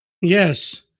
Yes